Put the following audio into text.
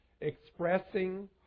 expressing